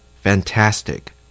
Fantastic